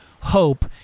hope